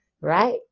Right